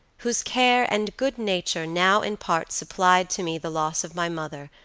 whose care and good nature now in part supplied to me the loss of my mother,